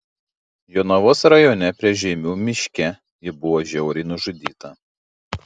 jonavos rajone prie žeimių miške ji buvo žiauriai nužudyta